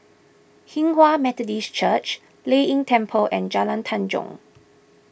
Hinghwa Methodist Church Lei Yin Temple and Jalan Tanjong